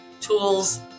tools